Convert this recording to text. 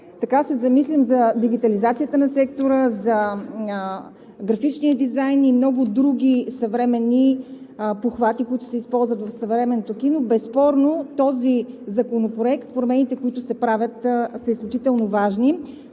Като се замислим за дигитализацията на сектора, за графичния дизайн и много други съвременни похвати, които се използват в съвременното кино, безспорно промените, които се правят в Законопроекта, са изключително важни.